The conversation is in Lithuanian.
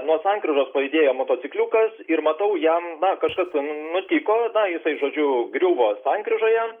nuo sankryžos pajudėjo motocikliukas ir matau jam na kažkas ten nutiko na jisai žodžiu griuvo sankryžoje